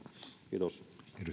kiitos